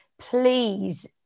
please